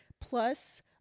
Plus